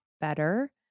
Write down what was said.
better